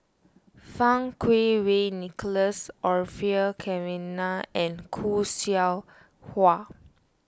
Fang Kuo Wei Nicholas Orfeur Cavenagh and Khoo Seow Hwa